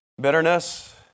Bitterness